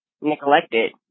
neglected